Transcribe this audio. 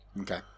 Okay